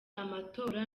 amatora